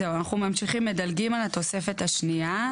אנחנו ממשיכים ומדלגים על התוספת השנייה.